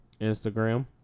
instagram